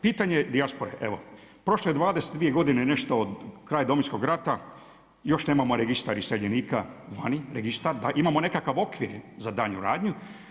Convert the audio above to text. Pitanje dijaspore, evo, prošlo je 22 godine nešto od kraja Domovinskog rata, još nemamo registar iseljenika, vani, registar da, imamo nekakav okvir za danju radnju.